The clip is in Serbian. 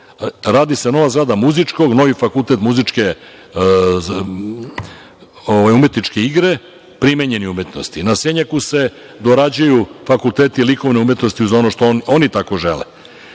Radi se nova zgrada muzičkog, novi Fakultet muzičke i umetničke igre, primenjenih umetnosti. Na Senjaku se dorađuju fakulteti likovne umetnosti, uz ono što oni tako žele.U